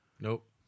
Nope